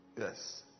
Yes